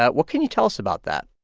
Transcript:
ah what can you tell us about that?